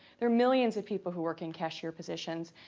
there are millions of people who work in cashier positions.